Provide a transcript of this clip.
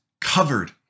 covered